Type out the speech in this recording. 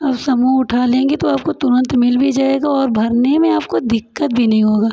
आप समूह उठा लेंगी तो आपको तुरंत मिल भी जाएगा और भरने में आपको दिक्कत भी नहीं होगा